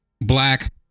black